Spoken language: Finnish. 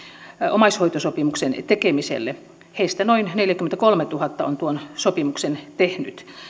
omaishoitosopimuksen tekemiselle heistä noin neljäkymmentäkolmetuhatta on tuon sopimuksen tehnyt